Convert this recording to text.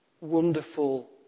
wonderful